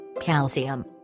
Calcium